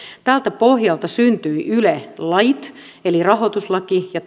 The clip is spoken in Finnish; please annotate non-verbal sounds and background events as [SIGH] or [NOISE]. tältä pohjalta syntyivät yle lait eli rahoituslaki ja [UNINTELLIGIBLE]